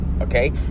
okay